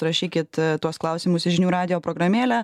rašykit tuos klausimus į žinių radijo programėlę